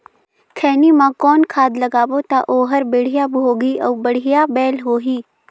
खैनी मा कौन खाद लगाबो ता ओहार बेडिया भोगही अउ बढ़िया बैल होही?